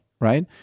right